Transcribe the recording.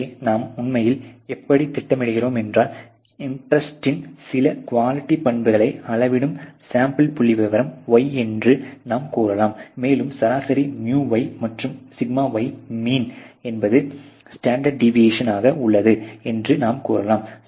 எனவே நாம் உண்மையில் எப்படித் திட்டமிடுகிறோம் என்றால் இன்டெரெஸ்ட்டின் சில குவாலிட்டிப் பண்புகளை அளவிடும் சாம்பிள்ப் புள்ளிவிவரம் y என்று நாம் கூறலாம் மேலும் சராசரி µy மற்றும் σy மீன் என்பது ஸ்டாண்டர்ட் டேவியஷன் ஆக உள்ளது என்று கூறலாம்